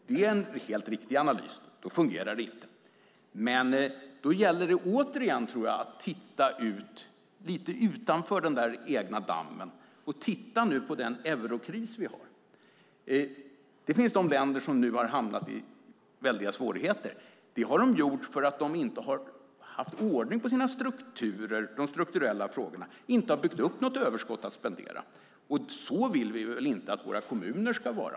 Det är en helt riktigt analys; då fungerar det inte. Men då gäller det att återigen titta utanför den egna dammen och se på den eurokris som pågår. Det finns de länder som nu har hamnat i svårigheter. Det har de gjort för att de inte har haft ordning på de strukturella frågorna, inte har byggt upp något överskott att spendera. Så vill vi väl inte att våra kommuner ska göra?